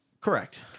Correct